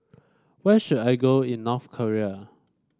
where should I go in North Korea